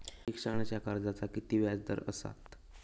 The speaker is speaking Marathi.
शिक्षणाच्या कर्जाचा किती व्याजदर असात?